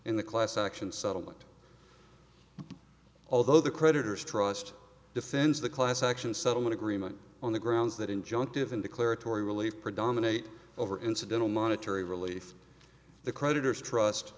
in the class action settlement although the creditors trust defends the class action settlement agreement on the grounds that injunctive in declaratory relief predominate over incidental monetary relief the creditors trust